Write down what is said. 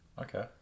Okay